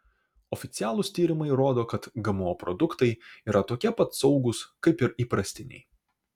oficialūs tyrimai rodo kad gmo produktai yra tokie pat saugūs kaip ir įprastiniai